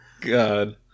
God